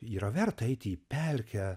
yra verta eiti į pelkę